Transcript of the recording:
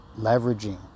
leveraging